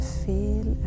feel